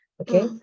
okay